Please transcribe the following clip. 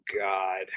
God